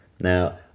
Now